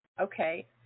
Okay